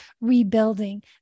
rebuilding